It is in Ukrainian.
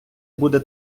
буде